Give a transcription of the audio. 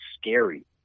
scary